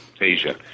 Asia